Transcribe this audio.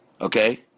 Okay